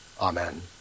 amen